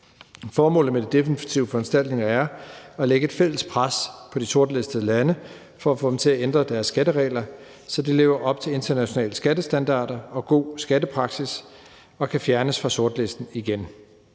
Formålet med de defensive foranstaltninger er at lægge et fælles pres på de sortlistede lande for at få dem til at ændre deres skatteregler, så de lever op til internationale skattestandarder og god skattepraksis og kan fjernes fra sortlisten igen.